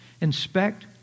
Inspect